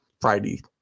Friday